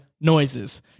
noises